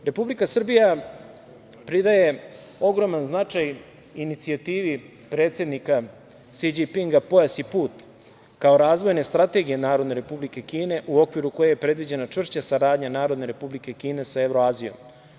Republika Srbija pridaje ogroman značaj inicijativi predsednika Si Đinpinga, „Pojas i put“, kao razvojne strategije Narodne Republike Kine u okviru koje je predviđena čvršća saradnja Narodne Republike Kine sa Evroazijom.